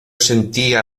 sentía